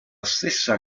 stessa